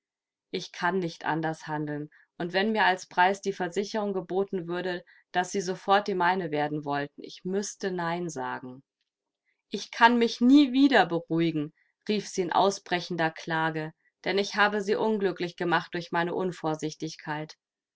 ich kann nicht anders handeln und wenn mir als preis die versicherung geboten würde daß sie sofort die meine werden wollten ich müßte nein sagen ich kann mich nie wieder beruhigen rief sie in ausbrechender klage denn ich habe sie unglücklich gemacht durch meine unvorsichtigkeit